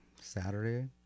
Saturday